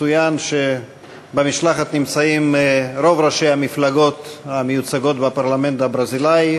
יצוין שבמשלחת נמצאים רוב ראשי המפלגות המיוצגות בפרלמנט הברזילאי.